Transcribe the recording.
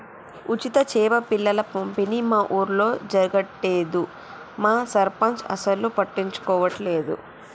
ఉచిత చేప పిల్లల పంపిణీ మా ఊర్లో జరగట్లేదు మా సర్పంచ్ అసలు పట్టించుకోవట్లేదు